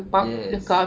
yes